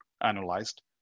analyzed